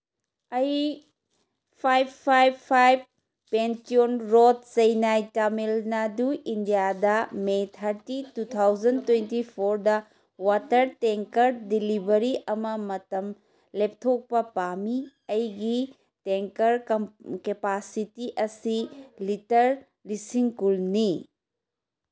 ꯑꯩ five five five ꯄꯦꯟꯇ꯭ꯌꯣꯟ road Chennai Tamil Nadu ꯏꯟꯗꯤꯌꯥꯗ May thirty two thousand twenty ꯐꯣꯔꯗ ꯋꯥꯇꯔ ꯇꯦꯡꯀꯔ ꯗꯦꯂꯤꯚꯔꯤ ꯑꯃ ꯃꯇꯝ ꯂꯦꯞꯊꯣꯛꯄ ꯄꯥꯝꯃꯤ ꯑꯩꯒꯤ ꯇꯦꯡꯀꯔ ꯀꯦꯄꯥꯁꯤꯇꯤ ꯑꯁꯤ ꯂꯤꯇꯔ ꯂꯤꯁꯤꯡ ꯀꯨꯟꯅꯤ